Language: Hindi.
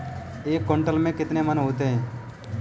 एक क्विंटल में कितने मन होते हैं?